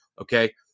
Okay